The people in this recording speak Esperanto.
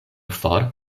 for